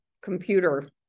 computer